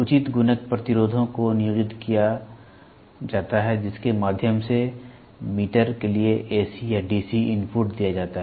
उचित गुणक प्रतिरोधों को नियोजित किया जाता है जिसके माध्यम से मीटर के लिए एसी या डीसी इनपुट दिया जाता है